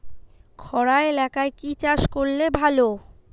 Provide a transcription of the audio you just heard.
খরা এলাকায় কি চাষ করলে ভালো?